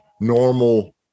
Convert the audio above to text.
normal